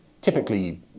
typically